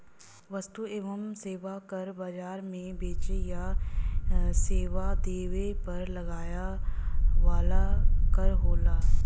वस्तु एवं सेवा कर बाजार में बेचे या सेवा देवे पर लगाया वाला कर होला